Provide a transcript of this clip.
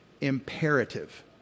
imperative